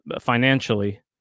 financially